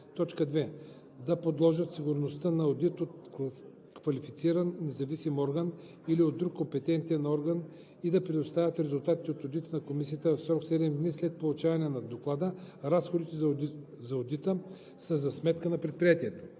така: „2. да подложат сигурността на одит от квалифициран независим орган или от друг компетентен орган и да предоставят резултатите от одита на комисията в срок 7 дни след получаването на доклада; разходите за одита са за сметка на предприятието.“